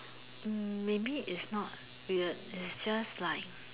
hmm maybe it's not weird it's just like